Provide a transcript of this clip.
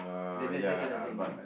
that that that kind of thing ah